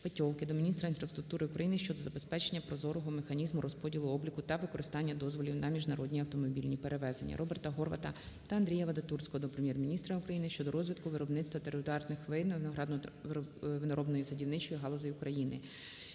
Петьовки) до міністра інфраструктури України щодо забезпечення прозорого механізму розподілу, обліку та використання дозволів на міжнародні автомобільні перевезення. РобертаГорвата та Андрія Вадатурського до Прем'єр-міністра України щодо розвитку виробництва теруарних вин, виноградно-виноробної та садівничої галузей України.